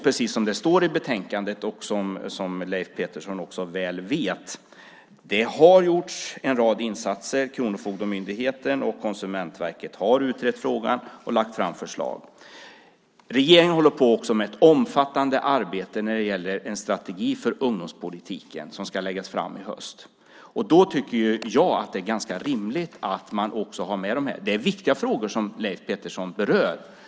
Precis som det står i betänkandet och som Leif Pettersson vet har det gjorts en rad insatser. Kronofogdemyndigheten och Konsumentverket har utrett frågan och lagt fram förslag. Regeringen håller också på med ett omfattande arbete när det gäller en strategi för ungdomspolitiken som ska läggas fram i höst. Då tycker jag att det är ganska rimligt att man också har med dessa frågor. Det är viktiga frågor som Leif Pettersson berör.